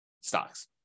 stocks